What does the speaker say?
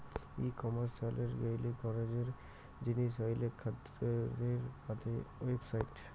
ই commerce চালের গেইলে গরোজের জিনিস হইলেক খরিদ্দারের বাদে ওয়েবসাইট